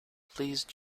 please